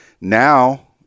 now